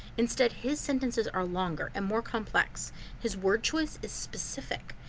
instead, his sentences are longer and more complex his word choice is specific.